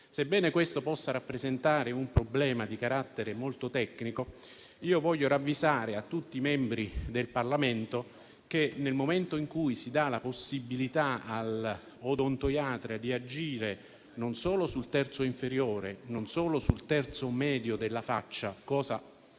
Sebbene questo possa rappresentare un problema di carattere molto tecnico, vorrei evidenziare a tutti i membri del Parlamento che nel momento in cui si dà all'odontoiatra la possibilità di agire non solo sul terzo inferiore e sul terzo medio della faccia (cosa